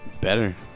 better